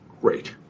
great